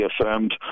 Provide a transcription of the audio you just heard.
affirmed